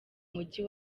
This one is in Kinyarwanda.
mujyi